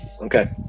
Okay